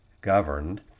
governed